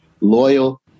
loyal